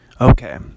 okay